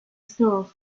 stores